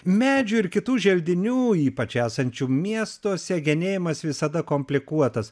medžių ir kitų želdinių ypač esančių miestuose genėjimas visada komplikuotas